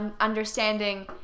understanding